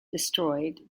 destroyed